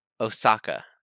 Osaka